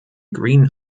green